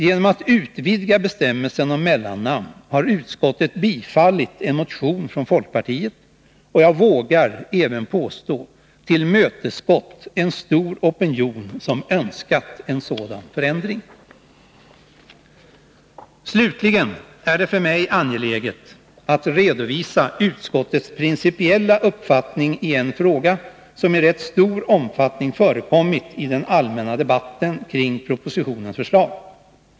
Genom att utvidga bestämmelsen om mellannamn har utskottet tillstyrkt en motion från folkpartiet, och, vågar jag påstå, även tillmötesgått en stor opinion som önskat en sådan förändring. Slutligen är det för mig angeläget att redovisa utskottets principiella uppfattning i en fråga som i rätt stor omfattning förekommit i den allmänna debatten kring propositionens förslag.